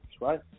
right